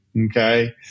okay